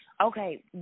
Okay